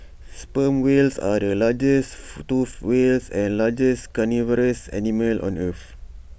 sperm whales are the largest toothed whales and largest carnivorous animals on earth